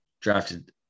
drafted